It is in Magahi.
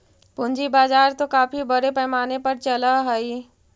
पूंजी बाजार तो काफी बड़े पैमाने पर चलअ हई